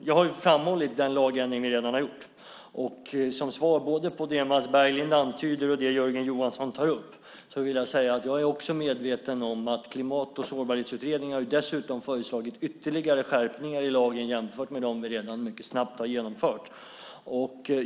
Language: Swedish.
Jag har ju framhållit den lagändring vi redan gjort, och som svar både på det som Mats Berglind antyder och det som Jörgen Johansson tar upp vill jag säga att jag är medveten om att Klimat och sårbarhetsutredningen föreslagit ytterligare skärpningar i lagen jämfört med dem vi redan mycket snabbt genomfört.